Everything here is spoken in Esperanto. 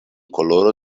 koloro